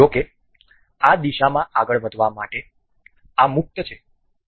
જો કે આ દિશામાં આગળ વધવા માટે આ મુક્ત છે